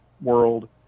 world